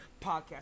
Podcast